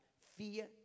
fear